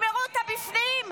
תשמרו אותה בפנים,